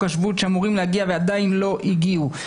השבות שאמורים להגיע ועדיין לא הגיעו.